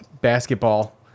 basketball